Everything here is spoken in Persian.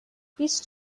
بیست